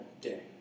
day